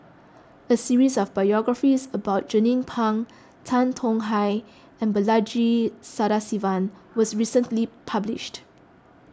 a series of biographies about Jernnine Pang Tan Tong Hye and Balaji Sadasivan was recently published